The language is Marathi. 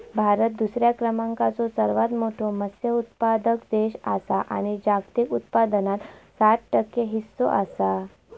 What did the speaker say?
भारत दुसऱ्या क्रमांकाचो सर्वात मोठो मत्स्य उत्पादक देश आसा आणि जागतिक उत्पादनात सात टक्के हीस्सो आसा